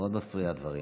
מאוד מפריעים הדברים.